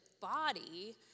body